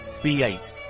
b8